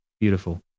Beautiful